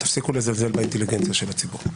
תפסיקו לזלזל באינטליגנציה של הציבור.